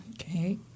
Okay